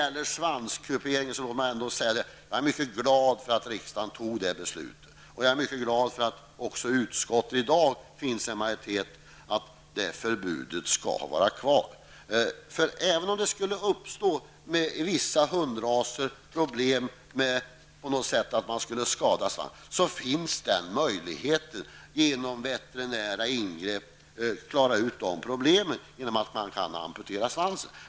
Låt mig sedan säga att jag är mycket glad för att riksdagen fattade beslutet om förbud mot svanskupering på hundar och att jag är glad för att det i utskottet i dag finns majoritet för att det förbudet skall vara kvar. Även om det skulle uppstå problem med skador på svansen hos vissa hundraser, finns möjligheten att genom veterinäringrepp amputera svansen.